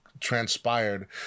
transpired